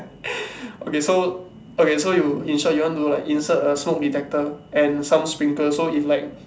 okay so okay so you in short you want to like insert a smoke detector and some sprinkler so if like